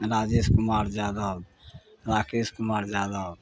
Rajesh Kumar Yadav Rakesh Kumar Yadav